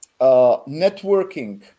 networking